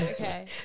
okay